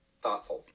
Thoughtful